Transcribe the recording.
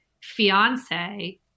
fiance